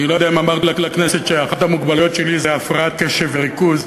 אני לא יודע אם אמרתי לכנסת שאחת המוגבלויות שלי היא הפרעת קשב וריכוז,